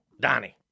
Donnie